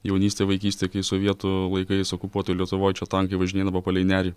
jaunystę vaikystę kai sovietų laikais okupuotoj lietuvoj čia tankai važinėdavo palei nerį